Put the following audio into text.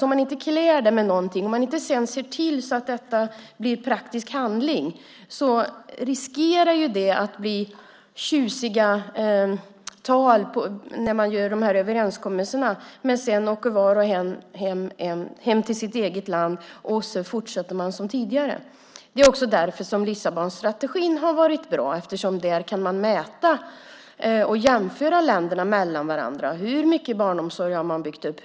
Om man inte klär orden med någonting och inte ser till att de blir till praktisk handling riskerar man att det bara bli tjusiga tal när man gör överenskommelserna. Sedan åker var och en hem till sitt eget land och fortsätter som tidigare. Det är också därför Lissabonstrategin har varit bra eftersom man där kan mäta och jämföra länderna med varandra. Hur mycket barnomsorg har man byggt upp?